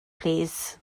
plîs